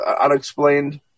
unexplained